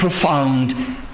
profound